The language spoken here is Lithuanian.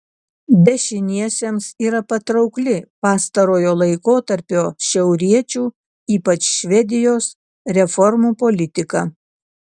dešiniesiems yra patraukli pastarojo laikotarpio šiauriečių ypač švedijos reformų politika